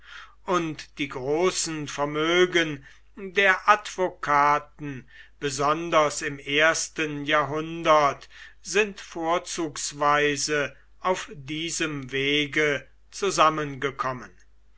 und die großen vermögen der advokaten besonders im ersten jahrhundert sind vorzugsweise auf diesem wege zusammengekommen